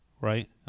right